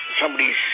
somebody's